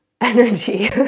energy